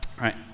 right